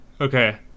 okay